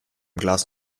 glas